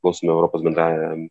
priklausome europos bendrajam